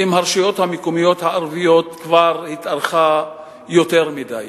עם הרשויות המקומיות הערביות כבר התארכה יותר מדי.